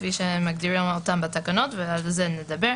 כפי שמגדירים אותן בתקנות ועל זה עוד נדבר.